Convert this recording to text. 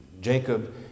Jacob